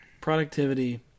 Productivity